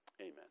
amen